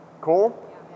Cool